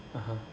(uh huh)